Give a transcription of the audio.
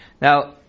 Now